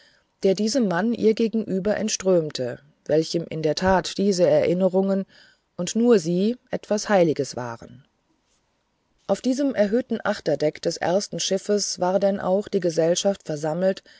der diesem mann ihr gegenüber entströmte welchem in der tat diese erinnerungen und nur sie etwas heiliges waren auf diesem erhöhten achterdeck des ersten schiffes war denn auch die gesellschaft versammelt